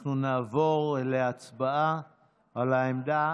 אנחנו נעבור להצבעה על העמדה